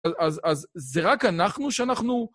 אז זה רק אנחנו שאנחנו...